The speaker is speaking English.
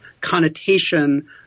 connotation